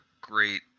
great